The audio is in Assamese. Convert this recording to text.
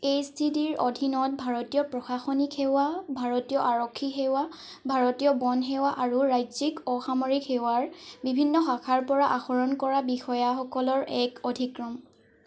এই স্থিতিৰ অধীনত ভাৰতীয় প্ৰশাসনিক সেৱা ভাৰতীয় আৰক্ষী সেৱা ভাৰতীয় বন সেৱা আৰু ৰাজ্যিক অসামৰিক সেৱাৰ বিভিন্ন শাখাৰ পৰা আহৰণ কৰা বিষয়াসকলৰ এক অধিক্ৰম